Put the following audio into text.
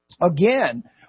Again